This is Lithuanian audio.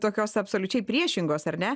tokios absoliučiai priešingos ar ne